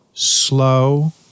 Slow